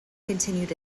continued